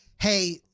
hey